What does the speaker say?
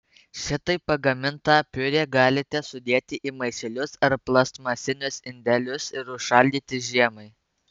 šitaip pagamintą piurė galite sudėti į maišelius ar plastmasinius indelius ir užšaldyti žiemai